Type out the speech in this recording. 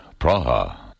Praha